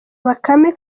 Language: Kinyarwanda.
bakame